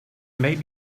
may